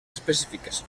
específiques